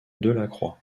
delacroix